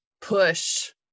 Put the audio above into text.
push